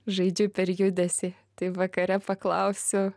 žaidžiu per judesį tai vakare paklausiu